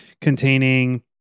containing